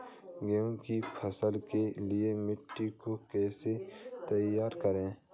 गेहूँ की फसल के लिए मिट्टी को कैसे तैयार करें?